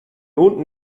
unten